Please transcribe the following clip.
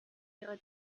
ihrer